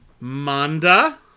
manda